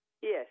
Yes